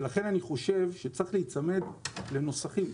ולכן אני חושב שצריך להיצמד לנוסחים.